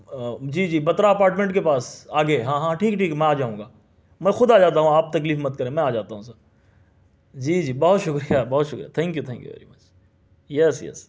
جی جی بترا اپارٹمنٹ کے پاس آگے ہاں ہاں ٹھیک ٹھیک میں آ جاؤں گا میں خود آ جاتا ہوں آپ تکلیف مت کریں میں آ جاتا ہوں سر جی جی بہت شکریہ بہت شکریہ thank you thank you very much yes yes